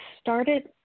started